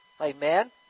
Amen